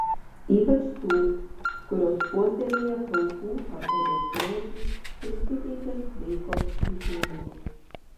ypač tų kurios puoselėja plaukų ar odos grožį ir suteikia sveiko švytėjimo